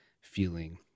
feeling